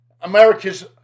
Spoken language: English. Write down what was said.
America's